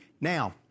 Now